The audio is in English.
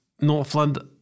Northland